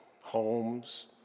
homes